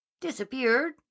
Disappeared